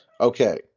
Okay